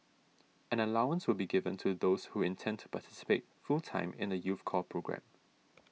an allowance will be given to those who intend to participate full time in the youth corps programme